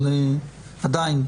אבל עדיין,